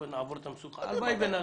נעבור קודם כל את המשוכה הזאת.